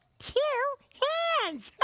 two hands.